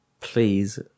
Please